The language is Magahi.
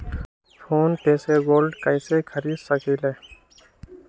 फ़ोन पे से गोल्ड कईसे खरीद सकीले?